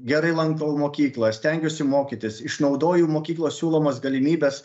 gerai lankau mokyklą stengiuosi mokytis išnaudoju mokyklos siūlomas galimybes